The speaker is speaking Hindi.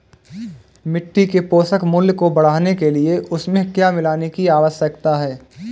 मिट्टी के पोषक मूल्य को बढ़ाने के लिए उसमें क्या मिलाने की आवश्यकता है?